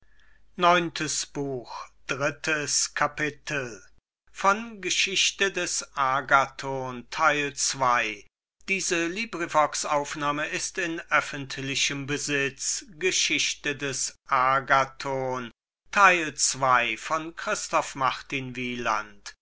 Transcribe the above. käufer des agathon